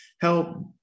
help